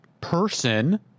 person